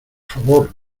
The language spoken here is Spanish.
favor